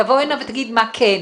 תבוא הנה, ותגיד, מה כן.